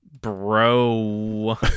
bro